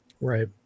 Right